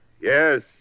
Yes